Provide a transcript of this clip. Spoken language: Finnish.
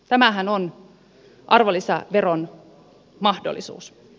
tämähän on arvonlisäveron mahdollisuus